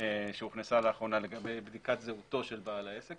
שהוכנסה לאחרונה לגבי בדיקת זהותו של בעל העסק.